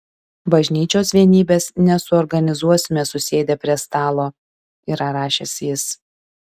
bažnyčios vienybės nesuorganizuosime susėdę prie stalo yra rašęs jis